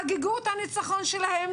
חגגו את הניצחון שלהם,